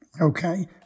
Okay